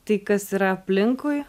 tai kas yra aplinkui